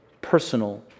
personal